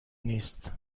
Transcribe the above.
نیست